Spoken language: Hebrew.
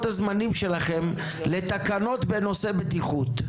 הזמנים שלכם לתקנות בנושא בטיחות.